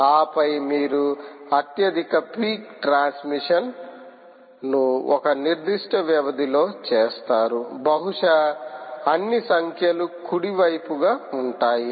ఆపై మీరు అత్యధిక పీక్ ట్రాన్స్మిషన్ను ఒక నిర్దిష్ట వ్యవధిలో చేస్తారు బహుశా అన్ని సంఖ్యలు కుడి వైపున ఉంటాయి